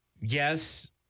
yes